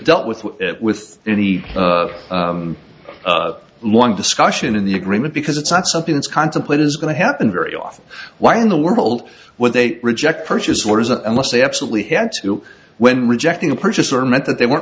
dealt with with any long discussion in the agreement because it's not something that's contemplate is going to happen very often why in the world would they reject purchase orders unless they absolutely had to when rejecting a purchase order meant that they weren't